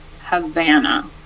Havana